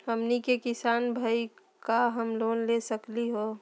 हमनी के किसान भईल, का हम लोन ले सकली हो?